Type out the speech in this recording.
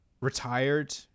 retired